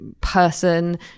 person